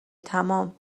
تمام